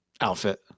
outfit